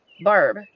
Barb